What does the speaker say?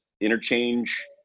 interchange